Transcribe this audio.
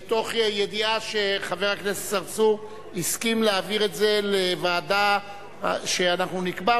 מתוך ידיעה שחבר הכנסת צרצור הסכים להעביר את זה לוועדה שאנחנו נקבע,